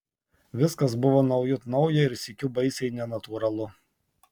viskas buvo naujut nauja ir sykiu baisiai nenatūralu